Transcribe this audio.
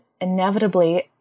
inevitably